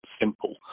simple